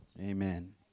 Amen